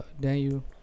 Daniel